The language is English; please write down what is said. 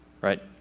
right